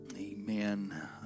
Amen